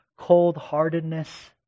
cold-heartedness